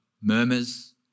murmurs